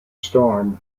storm